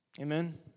Amen